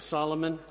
Solomon